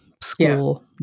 school